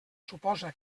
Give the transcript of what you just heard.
suposa